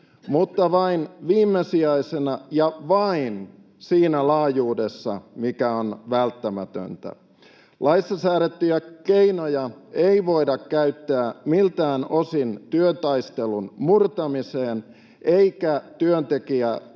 mutta vain viimesijaisena ja vain siinä laajuudessa, mikä on välttämätöntä. Laissa säädettyjä keinoja ei voida käyttää miltään osin työtaistelun murtamiseen eikä työvoimapulasta